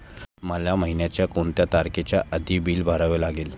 मला महिन्याचा कोणत्या तारखेच्या आधी बिल भरावे लागेल?